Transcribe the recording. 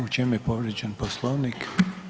U čemu je povrijeđen poslovnik.